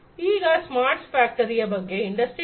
ಈಗ ಸ್ಮಾರ್ಟ್ ಫ್ಯಾಕ್ಟರಿಯ ಬಗ್ಗೆ ಇಂಡಸ್ಟ್ರಿ4